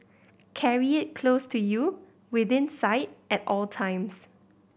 carry it close to you within sight at all times